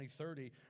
2030